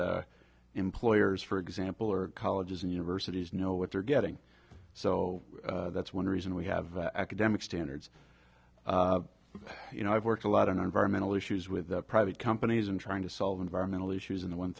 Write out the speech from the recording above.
employers for example are colleges and universities know what they're getting so that's one reason we have academic standards you know i've worked a lot on environmental issues with the private companies in trying to solve environmental issues in the one